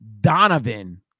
Donovan